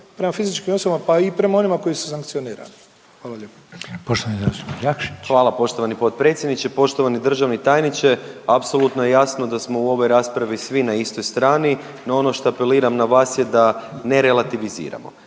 prema fizičkim osobama pa i prema onima koji su sankcionirani. Hvala lijepo. **Reiner, Željko (HDZ)** Poštovani zastupnik Jakšić. **Jakšić, Mišel (SDP)** Hvala poštovani potpredsjedniče. Poštovani državni tajniče, apsolutno je jasno da smo u ovoj raspravi svi na istoj strani. No, ono što apeliram na vas je da ne relativiziramo.